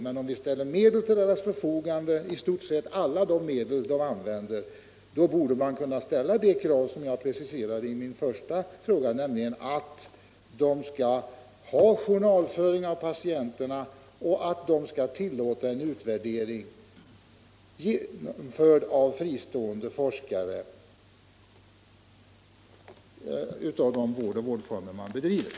Men om vi ställer medel — i stort sett alla de medel dessa enskilda vårdinrättningar använder -— till deras förfogande borde vi väl kunna ställa de krav som jag preciserade i min första fråga, nämligen att de skall föra journaler över patienterna och att de skall tillåta en utvärdering, genomförd av fristående forskare, av den vård som lämnas och de vårdformer som tillämpas.